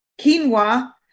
quinoa